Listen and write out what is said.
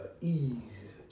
ease